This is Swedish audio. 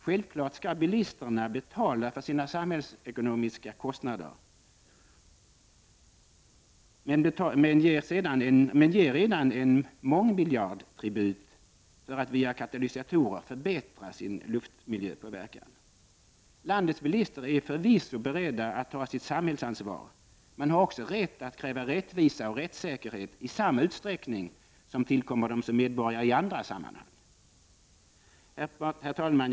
Självfallet skall bilisterna betala för sina samhällsekonomiska kostnader, men de ger redan en mångmiljardtribut för att via katalysatorer förbättra sin luftmiljöpåverkan. Landets bilister är förvisso beredda att ta sitt samhällsansvar, men har också rätt att kräva rättvisa och rättssäkerhet i samma utsträckning som tillkommer dem som medborgare i andra sammanhang. Herr talman!